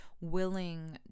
willing